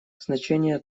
значение